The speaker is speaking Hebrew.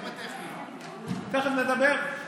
תכף נדבר.